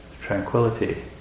tranquility